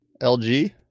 LG